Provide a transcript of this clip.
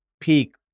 peak